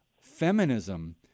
feminism